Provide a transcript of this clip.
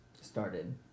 started